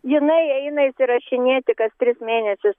jinai eina įsirašinėti kas tris mėnesius